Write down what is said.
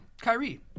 Kyrie